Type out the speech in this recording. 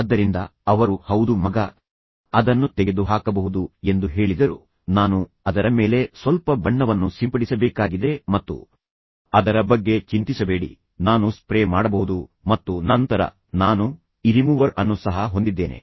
ಆದ್ದರಿಂದ ಅವರು ಹೌದು ಮಗ ಅದನ್ನು ತೆಗೆದುಹಾಕಬಹುದು ಎಂದು ಹೇಳಿದರು ನಾನು ಅದರ ಮೇಲೆ ಸ್ವಲ್ಪ ಬಣ್ಣವನ್ನು ಸಿಂಪಡಿಸಬೇಕಾಗಿದೆ ಮತ್ತು ಅದರ ಬಗ್ಗೆ ಚಿಂತಿಸಬೇಡಿ ನಾನು ಸ್ಪ್ರೇ ಮಾಡಬಹುದು ಮತ್ತು ನಂತರ ನಾನು ಈ ರಿಮೂವರ್ ಅನ್ನು ಸಹ ಹೊಂದಿದ್ದೇನೆ